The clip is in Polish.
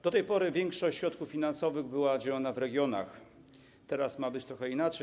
Do tej pory większość środków finansowych była dzielona w regionach, teraz ma być trochę inaczej.